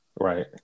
Right